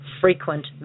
frequent